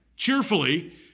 Cheerfully